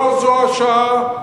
לא זו השעה,